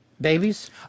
babies